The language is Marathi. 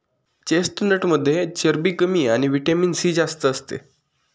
चेस्टनटमध्ये चरबी कमी आणि व्हिटॅमिन सी जास्त असते